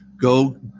Go